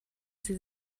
sie